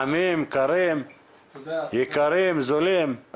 חמים, קרים, יקרים, זולים?